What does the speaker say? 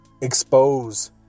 expose